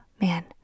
man